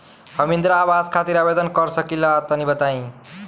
हम इंद्रा आवास खातिर आवेदन कर सकिला तनि बताई?